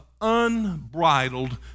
unbridled